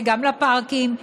גם לפארקים,